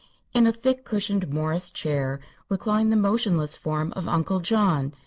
in a thick cushioned morris-chair reclined the motionless form of uncle john,